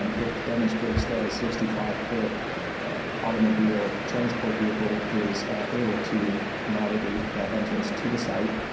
um it demonstrates that a sixty five foot automobile transport vehicle is able to navigate that entrance to the site.